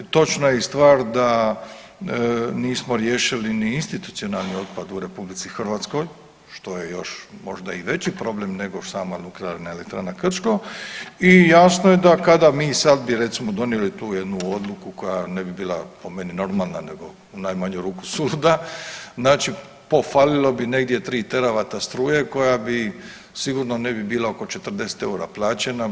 Točna je i stvar da nismo riješili ni institucionalni otpad u RH, što je još možda i veći problem nego sama Nuklearna elektrana Krško i jasno je da kada mi sad bi recimo donijeli tu jednu odluku koja ne bi bila po meni normalna nego u najmanju ruku suluda, znači pofalilo bi negdje tri teravata struje koja bi sigurno ne bi bila oko 40 eura plaćana.